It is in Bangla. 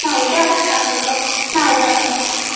না ওইটা এখন থাক ওটা না ওটা এখন থাক